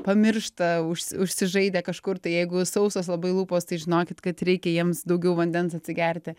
pamiršta užsi užsižaidę kažkur tai jeigu sausos labai lūpos tai žinokit kad reikia jiems daugiau vandens atsigerti